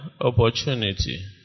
opportunity